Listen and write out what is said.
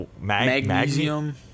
Magnesium